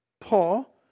Paul